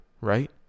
right